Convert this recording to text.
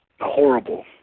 horrible